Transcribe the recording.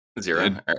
zero